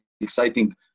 exciting